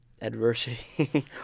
adversity